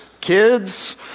kids